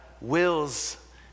wills